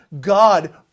God